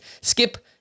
Skip